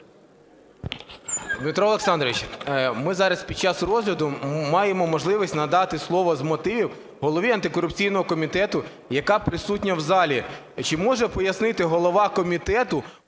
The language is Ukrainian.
Дмитро Олександрович, ми зараз під час розгляду маємо можливість надати слово з мотивів голові антикорупційного комітету, яка присутня в залі. Чи може пояснити голова комітету